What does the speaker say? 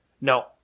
No